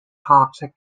toxic